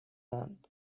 اند